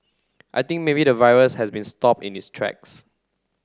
I think maybe the virus has been stop in this tracks